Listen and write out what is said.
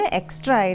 extra